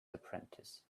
apprentice